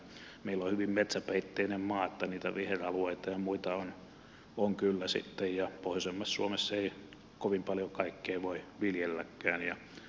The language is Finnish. meillä on hyvin metsäpeitteinen maa niin että niitä viheralueita ja muita on kyllä sitten ja pohjoisemmassa suomessa ei kovin paljon kaikkea voi viljelläkään